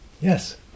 Yes